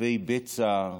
רודפי בצע,